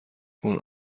اون